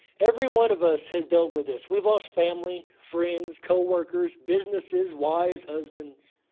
every one of us has dealt with this we've lost family, friends, co-workers, businesses, wives, husbands.